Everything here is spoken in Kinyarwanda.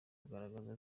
bugaragaza